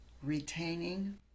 Retaining